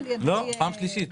לא, פעם שלישית.